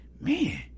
man